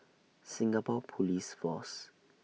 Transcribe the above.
Singapore Police Force